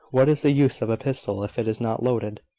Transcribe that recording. what is the use of a pistol if it is not loaded?